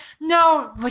No